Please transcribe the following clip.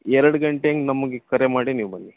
ಎರಡು ಗಂಟೆ ಹಂಗೆ ನಮಗೆ ಕರೆ ಮಾಡಿ ನೀವು ಬನ್ನಿ